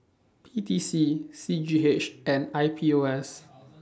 P T C C G H and I P O S